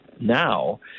now